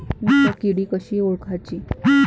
मित्र किडी कशी ओळखाची?